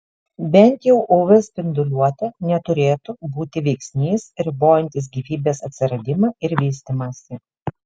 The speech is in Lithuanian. bent jau uv spinduliuotė neturėtų būti veiksnys ribojantis gyvybės atsiradimą ir vystymąsi